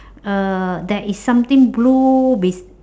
uh there is something blue with